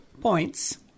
points